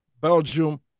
Belgium